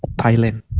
Thailand